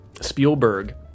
Spielberg